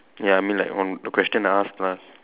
ya I mean like one the question I ask lah